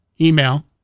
email